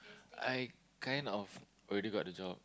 I kind of already got the job